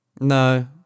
No